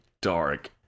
dark